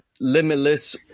Limitless –